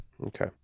Okay